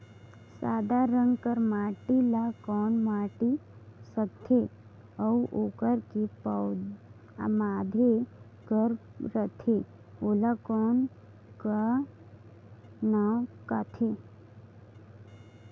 सादा रंग कर माटी ला कौन माटी सकथे अउ ओकर के माधे कर रथे ओला कौन का नाव काथे?